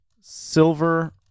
silver